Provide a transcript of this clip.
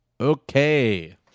Okay